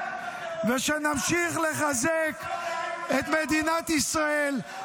--- חבר הכנסת ----- ושנמשיך לחזק את מדינת ישראל,